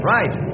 Right